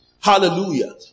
Hallelujah